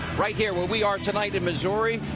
right here where we are tonight in misery,